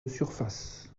surface